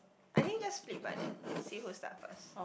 I think just split by that see who start first